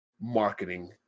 marketing